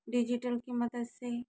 digital की मदद से